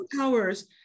Hours